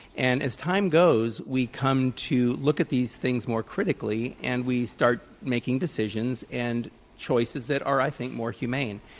and as time goes, we come to look at these things more critically and we start making decisions and choices that are, i think, more humane.